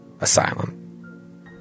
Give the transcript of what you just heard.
Asylum